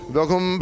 Welkom